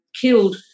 killed